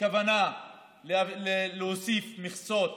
כוונה להוסיף מכסות